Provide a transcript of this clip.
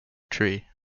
tree